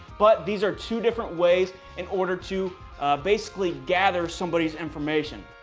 but these are two different ways in order to basically gather somebody's information.